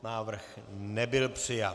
Návrh nebyl přijat.